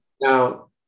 Now